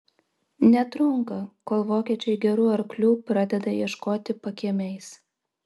netrunka kol vokiečiai gerų arklių pradeda ieškoti pakiemiais